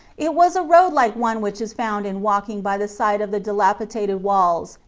it was a road like one which is found in walking by the side of the dilapidated walls,